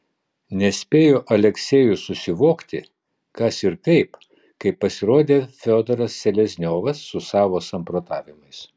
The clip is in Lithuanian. nespėjo aleksejus susivokti kas ir kaip kai pasirodė fiodoras selezniovas su savo samprotavimais